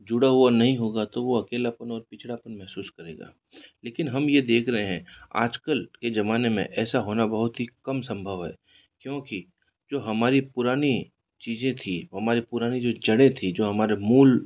जुड़ा हुआ नहीं होगा तो वह अकेलापन और पिछड़ापान महसूस करेगा लेकिन हम यह देख रहे हैं आजकल के ज़माने में ऐसा होना बहुत ही कम सम्भव है क्योंकि जो हमारी पुरानी चीज़ें थी हमारी पुरानी जो जड़ें थी जो हमारे मूल